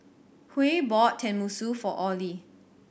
Huey bought Tenmusu for Orley